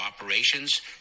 operations